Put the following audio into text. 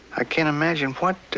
i can't imagine what.